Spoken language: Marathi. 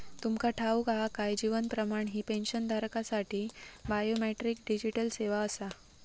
तुमका ठाऊक हा काय? जीवन प्रमाण ही पेन्शनधारकांसाठी बायोमेट्रिक डिजिटल सेवा आसा